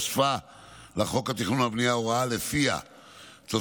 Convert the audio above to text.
נוספה לחוק התכנון והבנייה הוראה שלפיה תוספת